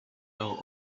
are